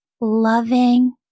loving